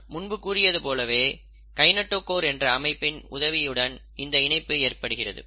நான் முன்பு கூறியது போலவே கைநெட்டோகோர் என்ற அமைப்பின் உதவியுடன் இந்த இணைப்பு ஏற்படுகிறது